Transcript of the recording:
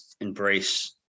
embrace